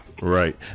right